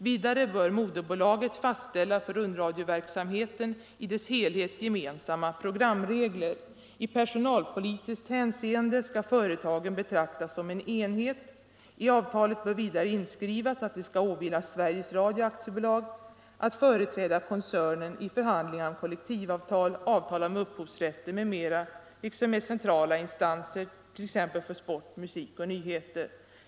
Vidare bör moderbolaget fastställa för rundradioverksamheten i dess helhet gemensamma programregler. I personalpolitiskt hänseende skall företagen betraktas som en enhet. I avtalet bör vidare inskrivas att det skall åvila Sveriges Radio AB att företräda koncernen i förhandlingar om kollektivavtal, avtal om upphovsrätter m.m. liksom med centrala instanser t.ex. för sport, musik och nyheter.